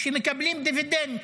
שמקבלים דיבידנד,